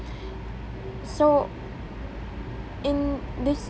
so in this